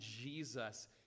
Jesus